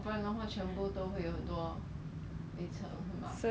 got I got say in the group chat mah